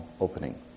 opening